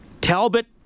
Talbot